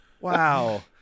Wow